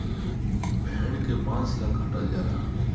भेड़ के मांस ला काटल जाला